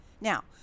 Now